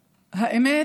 לנו.